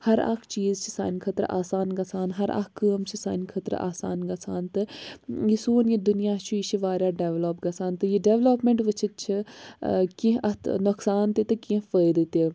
ہَر اَکھ چیٖز چھِ سانہِ خٲطرٕ آسان گژھان ہَر اکھ کٲم چھِ سانہِ خٲطرٕ آسان گژھان تہٕ یہِ سون یہِ دُنیاہ چھُ یہِ چھِ واریاہ ڈیولَپ گژھان تہٕ یہِ ڈیولَپمینٛٹ وُچھِتھ چھِ کیٚنٛہہ اَتھ نۄقصان تہِ تہٕ کیٚنٛہہ اَتھ فٲیِدٕ تہِ